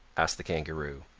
asked the kangaroo.